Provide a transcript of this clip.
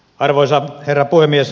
arvoisa herra puhemies